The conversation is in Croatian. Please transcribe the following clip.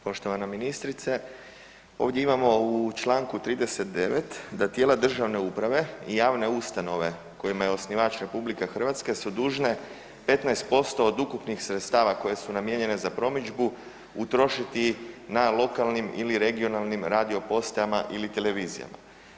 Poštovana ministrice, ovdje imamo u čl. 39. da tijela državne uprave i javne ustanove kojima je osnivač RH su dužne 15% od ukupnih sredstava koje su namijenjene za promidžbu, utrošiti na lokalnim ili regionalnim radio postajama ili televizijama.